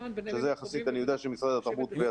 שזה אני יודע שמשרד התרבות והספורט עובד על זה.